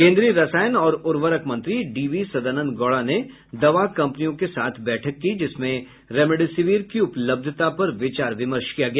केन्द्रीय रसायन और उर्वरक मंत्री डी वी सदानन्द गौडा ने दवा कम्पनियों के साथ बैठक की जिसमें रेमडेसिविर की उपलब्धता पर विचार विमर्श किया गया